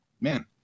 Man